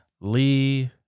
Lee